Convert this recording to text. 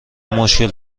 مشکل